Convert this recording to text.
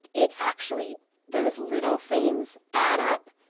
it actually those little things add up,